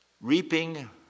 reaping